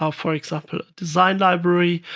ah for example, a design library,